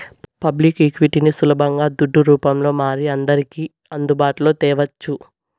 public ఈక్విటీని సులబంగా దుడ్డు రూపంల మారి అందర్కి అందుబాటులో తేవచ్చు